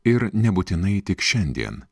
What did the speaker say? ir nebūtinai tik šiandien